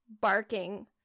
barking